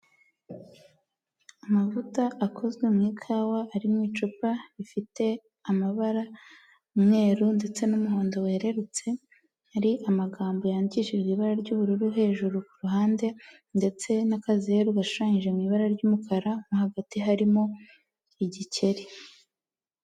Amavuta akozwe mu ikawa ari mu icupa rifite amabara umweru ndetse n'umuhondo wererutse, hari amagambo yandikishijwe ibara ry'ubururu hejuru ku ruhande ndetse n'akazeru gashushanyije mu ibara ry'umukara no hagati harimo igikeri.